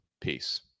Peace